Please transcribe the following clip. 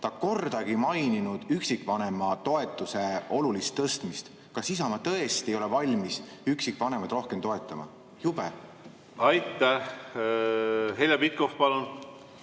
ta kordagi ei maininud üksikvanema toetuse olulist tõstmist. Kas Isamaa tõesti ei ole valmis üksikvanemaid rohkem toetama? Jube! Aitäh, austatud